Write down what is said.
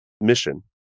mission